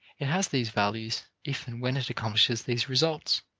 it has these values if and when it accomplishes these results,